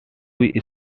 you